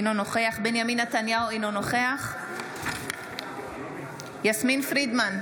אינו נוכח בנימין נתניהו, אינו נוכח יסמין פרידמן,